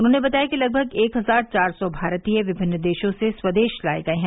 उन्होंने बताया कि लगभग एक हजार चार सौ भारतीय विभिन्न देशों से स्वेदश लाए गए हैं